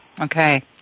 Okay